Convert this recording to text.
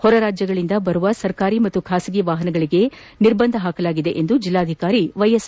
ಹೊರರಾಜ್ಯದಿಂದ ಬರುವ ಸರ್ಕಾರಿ ಮತ್ತು ಬಾಸಗಿ ವಾಹನಗಳಿಗೆ ನಿರ್ಬಂಧ ಹಾಕಲಾಗಿದೆ ಎಂದು ಜಿಲ್ಲಾಧಿಕಾರಿ ವೈಎಸ್